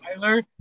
Tyler